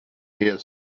here